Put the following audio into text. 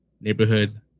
neighborhood